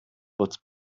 but